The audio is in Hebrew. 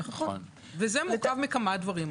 נכון, ואתם אומרים שזה מורכב מכמה דברים.